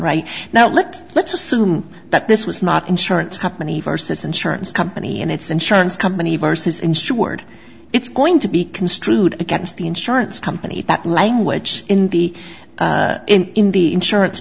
right now let let's assume that this was not insurance company versus insurance company and it's insurance company versus insured it's going to be construed against the insurance company that language in the in the insurance